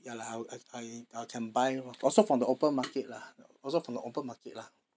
ya lah I would I I I can buy or also from the open market lah also from the open market lah